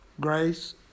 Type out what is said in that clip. grace